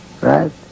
Right